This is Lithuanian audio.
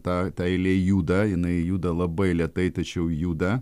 ta ta eilė juda jinai juda labai lėtai tačiau juda